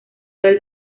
del